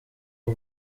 ubu